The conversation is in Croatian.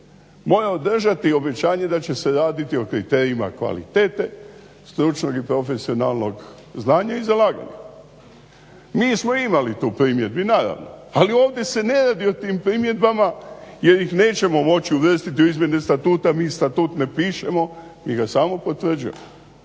Mora održati obećanje da će se raditi o kriterijima kvalitete, stručnog i profesionalnog znanja i zalaganja. Mi smo imali tu primjedbi, naravno, ali ovdje se ne radi o tim primjedbama jer ih nećemo moći uvrstiti u izmjene statuta, mi statut ne pišemo, mi ga samo potvrđujemo.